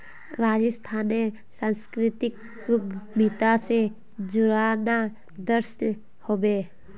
राजस्थानेर संस्कृतिक उद्यमिता स जोड़ना दर्शनीय ह बे